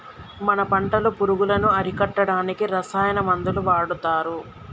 మన పంటలో పురుగులను అరికట్టడానికి రసాయన మందులు వాడతారు